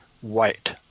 white